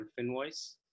Finvoice